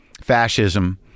fascism